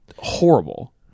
Horrible